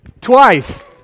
twice